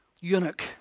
eunuch